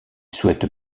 souhaite